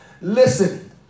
Listen